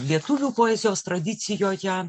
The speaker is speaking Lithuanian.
lietuvių poezijos tradicijoje